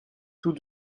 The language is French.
tous